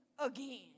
Again